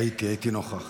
ראיתי, הייתי נוכח.